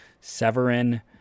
Severin